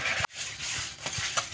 गाँव की आर्थिक स्थिति सही नहीं है?